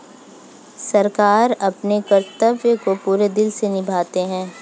सरकार अपने कर्तव्य को पूरे दिल से निभाती है